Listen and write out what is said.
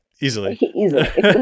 easily